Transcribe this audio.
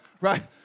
right